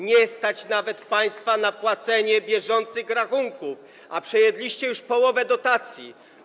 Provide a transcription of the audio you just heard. Nie stać państwa nawet na płacenie bieżących rachunków, a przejedliście już połowę dotacji.